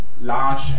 large